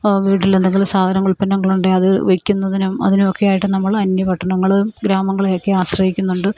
വീട്ടിൽ എന്തെങ്കിലും സാധനങ്ങൾ ഉൽപ്പന്നങ്ങളുണ്ടെങ്കിൽ അത് വെക്കുന്നതിനും അതിനുമൊക്കെയായിട്ട് നമ്മൾ അന്യപട്ടണങ്ങൾ ഗ്രാമങ്ങളെയൊക്കെ ആശ്രയിക്കുന്നുണ്ട്